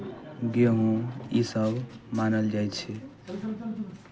गहुँम ईसभ मानल जाइ छै